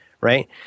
right